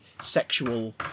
sexual